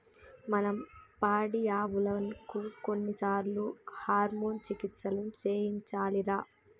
మనం పాడియావులకు కొన్నిసార్లు హార్మోన్ చికిత్సలను చేయించాలిరా